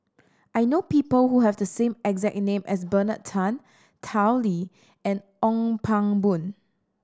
I know people who have the same exact a name as Bernard Tan Tao Li and Ong Pang Boon